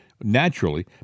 naturally